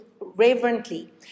reverently